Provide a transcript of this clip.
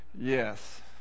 yes